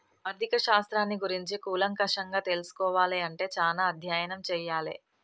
ఆర్ధిక శాస్త్రాన్ని గురించి కూలంకషంగా తెల్సుకోవాలే అంటే చానా అధ్యయనం చెయ్యాలే